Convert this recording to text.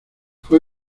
fue